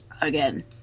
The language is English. Again